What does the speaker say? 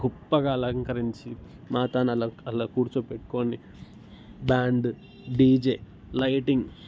గొప్పగా అలంకరించి మాతను అలా అలా కూర్చోపెట్టుకుని బ్యాండ్ డీజే లైటింగ్